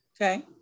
Okay